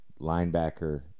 linebacker